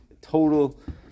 Total